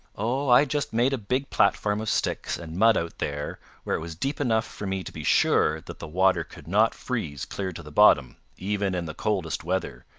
oh, i just made a big platform of sticks and mud out there where it was deep enough for me to be sure that the water could not freeze clear to the bottom, even in the coldest weather,